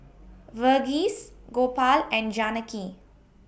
Verghese Gopal and Janaki